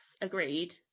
agreed